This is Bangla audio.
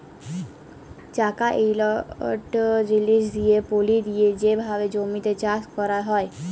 চাকা ইকট জিলিস দিঁয়ে পলি দিঁয়ে যে ভাবে জমিতে চাষ ক্যরা হয়